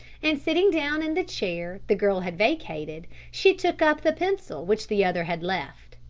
and sitting down in the chair the girl had vacated, she took up the pencil which the other had left.